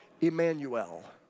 Emmanuel